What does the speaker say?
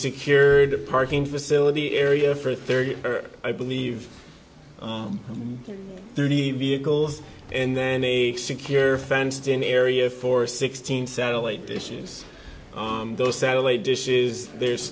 secured parking facility area for thirty or i believe thirty vehicles and then a secure fenced in area for sixteen satellite dishes those satellite dishes there's